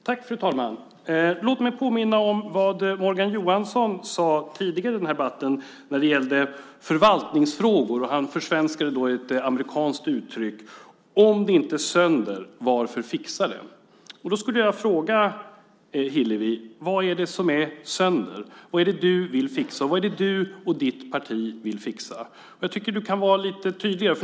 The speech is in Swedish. Fru talman! Låt mig påminna om vad Morgan Johansson sade tidigare i den här debatten när det gällde förvaltningsfrågor. Han försvenskade då ett amerikanskt uttryck: Om det inte är sönder, varför fixa det? Jag skulle vilja fråga Hillevi: Vad är det som är sönder? Vad är det du och ditt parti vill fixa? Jag tycker att du kan vara lite tydligare.